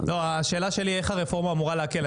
לא, השאלה שלי איך הרפורמה אמורה להקל?